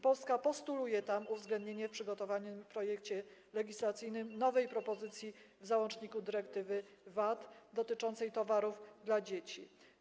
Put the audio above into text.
Polska postuluje uwzględnienie w przygotowanym projekcie legislacyjnym nowej propozycji w załączniku dyrektywy VAT-owskiej dotyczącej towarów dla dzieci.